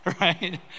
right